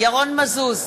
ירון מזוז,